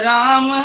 Ram